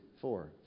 four